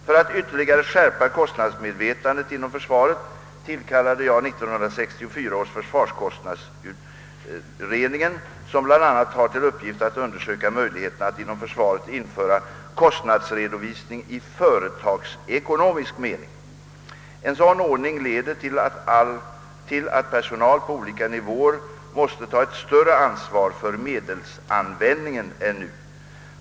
För att ytterligare skärpa kostnadsmedvetandet inom försvaret tillkallade jag år 1964 försvarskostnadsutredningen, som bl.a. har till uppgift att undersöka möjligheterna att inom försvaret införa kostnadsredovisning i företagsekonomisk mening. En sådan ordning leder till att personal på olika nivåer måste ta ett större ansvar för medelsanvändningen än nu.